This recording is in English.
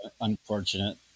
unfortunate